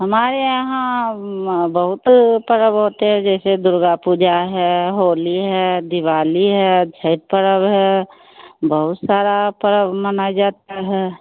हमारे यहाँ बहुत पर्व होते है जैसे दुर्गा पूजा है होली है दिवाली है छठ पर्व है बहुत सारा पर्व मनाए जाता है